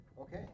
Okay